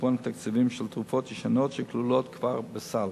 חשבון תקציבים של תרופות ישנות שכלולות כבר בסל,